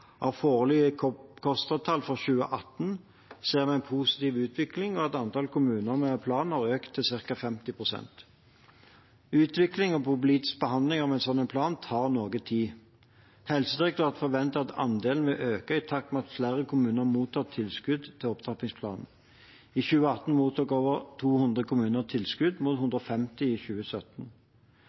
Av foreløpige KOSTRA-tall for 2018 ser vi en positiv utvikling, og at antall kommuner med plan har økt til ca. 50 pst. Utvikling og politisk behandling av en slik plan tar noe tid. Helsedirektoratet forventer at andelen vil øke i takt med at flere kommuner mottar tilskudd til opptrappingsplanen. I 2018 mottok over 200 kommuner tilskudd, mot 150 i 2017.